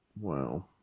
Wow